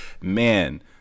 man